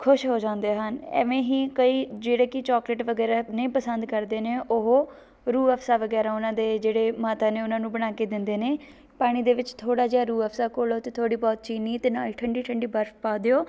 ਖੁਸ਼ ਹੋ ਜਾਂਦੇ ਹਨ ਇਵੇਂ ਹੀ ਕਈ ਜਿਹੜੇ ਕਿ ਚੋਕਲੇਟ ਵਗੈਰਾ ਨਹੀਂ ਪਸੰਦ ਕਰਦੇ ਨੇ ਉਹ ਰੂਹ ਅਫਜ਼ਾ ਵਗੈਰਾ ਉਹਨਾਂ ਦੇ ਜਿਹੜੇ ਮਾਤਾ ਨੇ ਉਹਨਾਂ ਨੂੰ ਬਣਾ ਕੇ ਦਿੰਦੇ ਨੇ ਪਾਣੀ ਦੇ ਵਿੱਚ ਥੋੜ੍ਹਾ ਜਿਹਾ ਰੂਹ ਅਫਜ਼ਾ ਘੋਲੋ ਅਤੇ ਥੋੜ੍ਹੀ ਬਹੁਤ ਚੀਨੀ ਅਤੇ ਨਾਲ ਠੰਡੀ ਠੰਡੀ ਬਰਫ ਪਾ ਦਿਓ